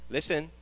Listen